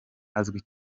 azwi